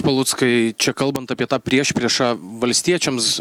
paluckai čia kalbant apie tą priešpriešą valstiečiams